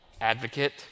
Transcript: advocate